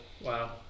Wow